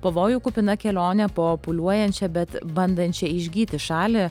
pavojų kupina kelionė po pūliuojančią bet bandančią išgyti šalį